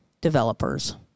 Developers